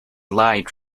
lied